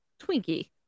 Twinkie